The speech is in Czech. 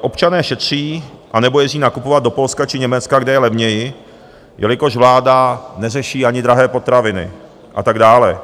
Občané šetří a nebo jezdí nakupovat do Polska či Německa, kde je levněji, jelikož vláda neřeší ani drahé potraviny a tak dále.,